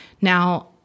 Now